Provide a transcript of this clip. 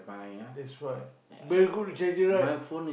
that's right very good to treasure right